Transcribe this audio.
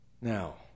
Now